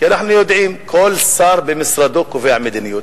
כי אנחנו יודעים שכל שר במשרדו קובע מדיניות.